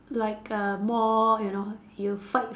like uh more you know you fight